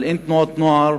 ואין תנועות נוער